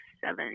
seven